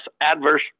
adverse